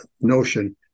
notion